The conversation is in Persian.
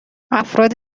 افراد